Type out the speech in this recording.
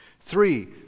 Three